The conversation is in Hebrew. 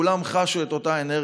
כולם חשו את אותה אנרגיה.